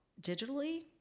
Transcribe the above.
digitally